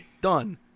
Done